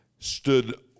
stood